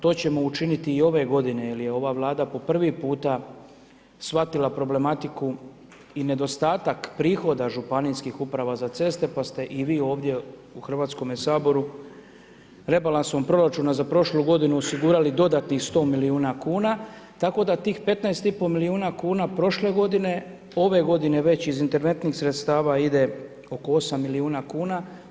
To ćemo učiniti i ove godine jer je ova Vlada po prvi puta shvatila problematiku i nedostatak prihoda županijskih uprava za ceste, pa ste i vi ovdje u Hrvatskome saboru rebalansom proračuna za prošlu godinu osigurali dodatnih 100 milijuna kuna, tako da tih 15,5 milijuna kuna prošle godine, ove godine već iz interventnih sredstva ide oko 8 milijuna kuna.